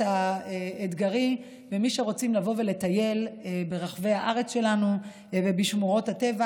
האתגרי ולמי שרוצים לבוא ולטייל ברחבי הארץ שלנו ובשמורות הטבע.